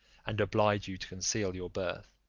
and oblige you to conceal your birth